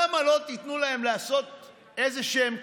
למה לא תיתנו להם לעשות איזשהם כנסים,